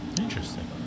interesting